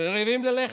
שרעבים ללחם.